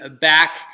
back